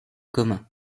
comin